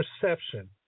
perception